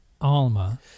Alma